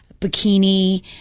bikini